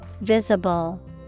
visible